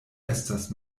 estas